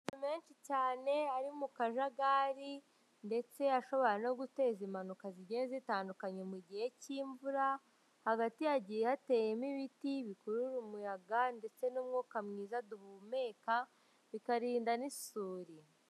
Menshi cyane ari mu kajagari ndetse ashobora no guteza impanuka zigiye zitandukanye mu gihe cy'imvura, hagati hagiye hateyemo ibiti bikurura umuyaga ndetse n'umwuka mwiza duhumeka bikarinda n'isuri.